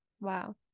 Wow